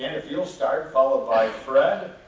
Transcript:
and if you'll start, followed by fred,